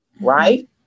Right